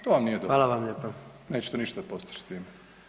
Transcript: To vam nije dobro [[Upadica: Hvala vam lijepa.]] Nećete ništa postići s time.